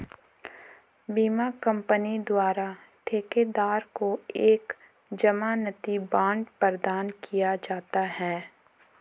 बीमा कंपनी द्वारा ठेकेदार को एक जमानती बांड प्रदान किया जाता है